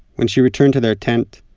when she returned to their tent,